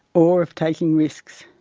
or of taking risks.